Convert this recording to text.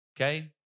Okay